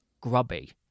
grubby